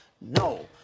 No